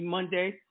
Monday